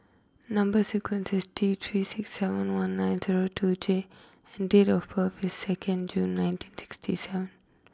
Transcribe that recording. number is T three six seven one nine zero two J and date of birth is second June nineteen sixty seven